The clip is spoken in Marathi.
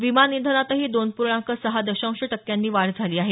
विमान इंधनातही दोन पूर्णांक सहा दशांश टक्क्यांनी वाढ झाली आहे